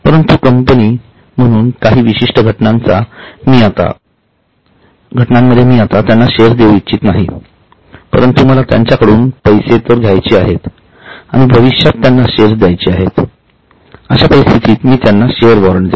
परंतु कंपनी म्हणून काही विशिष्ट घटनांमध्ये मी आता त्यांना शेअर्स देऊ इच्छित नाही परंतु मला त्यांच्याकडून पैसे तर घ्यायचे आहेत आणि भविष्यात त्यांना शेअर्स द्यायचे आहेत अशा परिस्थितीत मी त्यांना शेअर्स वॉरंट देतो